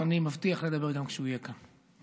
אני מבטיח לדבר גם כשהוא יהיה כאן.